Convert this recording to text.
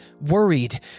worried